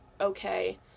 okay